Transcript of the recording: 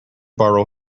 borrow